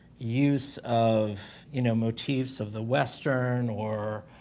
use of, you know, motifs of the western or,